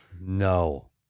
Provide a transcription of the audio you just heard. No